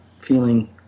feeling